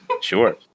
Sure